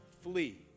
flee